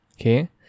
okay